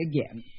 again